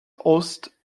host